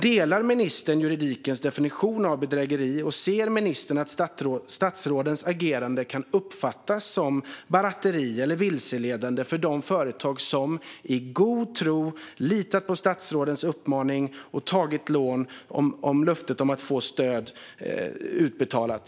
Delar ministern juridikens definition av bedrägeri, och ser ministern att statsrådens agerande kan uppfattas som barateri eller vilseledande för de företag som i god tro litat på statsrådens uppmaning och tagit lån med löfte om att få stöd utbetalat?